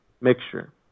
mixture